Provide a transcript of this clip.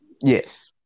Yes